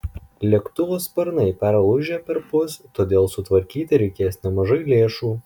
lėktuvo sparnai perlūžę perpus todėl sutvarkyti reikės nemažai lėšų